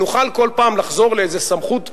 נוכל כל פעם לחזור לאיזו סמכות ממשלתית,